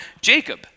Jacob